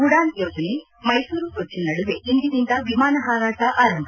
ಉಡಾನ್ ಯೋಜನೆ ಮೈಸೂರು ಕೊಚ್ಚನ್ ನಡುವೆ ಇಂದಿನಿಂದ ವಿಮಾನ ಹಾರಾಟ ಆರಂಭ